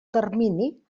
termini